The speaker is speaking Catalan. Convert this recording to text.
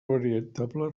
veritable